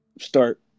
start